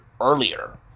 earlier